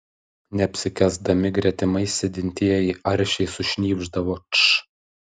neapsikęsdami gretimais sėdintieji aršiai sušnypšdavo tš